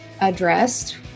addressed